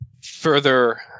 further